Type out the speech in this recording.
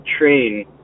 train